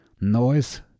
Noise